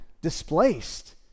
displaced